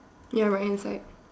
ya right hand side